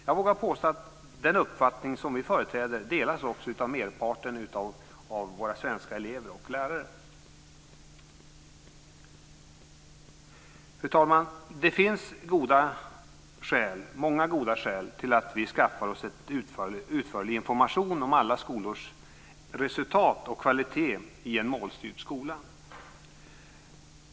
Jag vågar påstå att den uppfattning som vi företräder också delas av merparten av våra svenska elever och lärare. Fru talman! Det finns många goda skäl till att vi skaffar oss utförlig information om alla skolors resultat och kvalitet i en målstyrd skola.